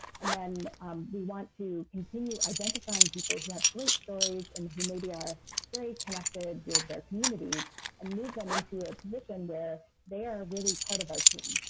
and then we want to continue identifying people who have great stories and who maybe are very connected with their communities and move them into a position where they are really part of our team,